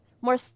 more